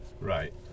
Right